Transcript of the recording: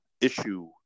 issue